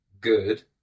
good